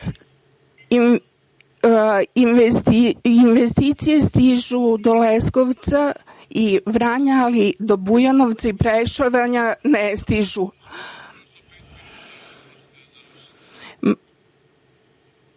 Investicije stižu do Leskovca i Vranja, ali do Bujanovca i Preševa ne